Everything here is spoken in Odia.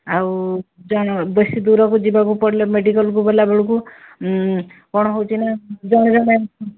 ଆଉ ବେଶୀ ଦୂରକୁ ଯିବାକୁ ପଡ଼ିଲେ ମେଡିକାଲକୁ ଗଲା ବେଳକୁ ହୁଁ କ'ଣ ହେଉଛି ନା ଜଣେ ଜଣେ